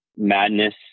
Madness